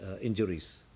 Injuries